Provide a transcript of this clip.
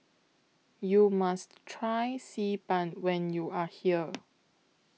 YOU must Try Xi Ban when YOU Are here